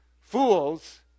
Fools